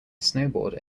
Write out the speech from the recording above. snowboarder